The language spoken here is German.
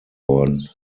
worden